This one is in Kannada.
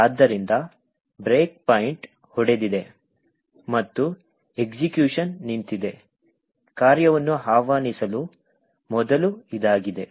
ಆದ್ದರಿಂದ ಬ್ರೇಕ್ ಪಾಯಿಂಟ್ ಹೊಡೆದಿದೆ ಮತ್ತು ಎಕ್ಸಿಕ್ಯುಷನ್ ನಿಂತಿದೆ ಕಾರ್ಯವನ್ನು ಆಹ್ವಾನಿಸುವ ಮೊದಲು ಇದಾಗಿದೆ